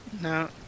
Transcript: No